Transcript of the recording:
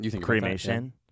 cremation